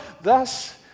thus